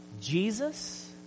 Jesus